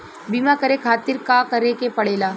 बीमा करे खातिर का करे के पड़ेला?